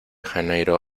janeiro